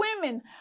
women